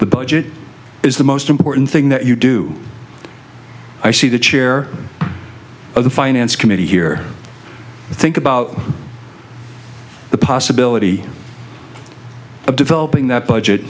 the budget is the most important thing that you do i see the chair of the finance committee here think about the possibility of developing that budget